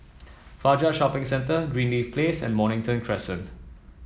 Fajar Shopping Centre Greenleaf Place and Mornington Crescent